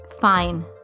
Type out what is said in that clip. Fine